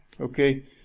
Okay